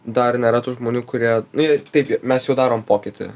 dar nėra tų žmonių kurie nu ir taip jau mes jau darom pokytį